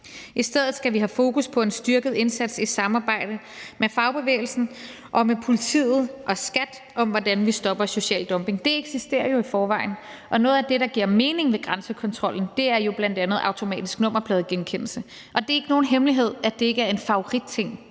I stedet skal vi have fokus på en styrket indsats i samarbejde med fagbevægelsen, politiet og skattevæsnet om, hvordan vi stopper social dumping. Det eksisterer jo i forvejen, og noget af det, der giver mening med grænsekontrollen, er bl.a. automatisk nummerpladegenkendelse. Det er ikke nogen hemmelighed, at det ikke er en favoritting